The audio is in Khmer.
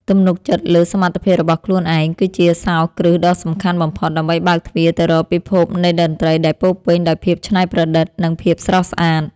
ទំនុកចិត្តលើសមត្ថភាពរបស់ខ្លួនឯងគឺជាសោរគ្រឹះដ៏សំខាន់បំផុតដើម្បីបើកទ្វារទៅរកពិភពនៃតន្ត្រីដែលពោរពេញដោយភាពច្នៃប្រឌិត និងភាពស្រស់ស្អាត។